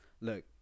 Look